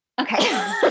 Okay